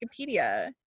Wikipedia